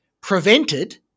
prevented